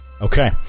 Okay